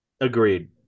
Agreed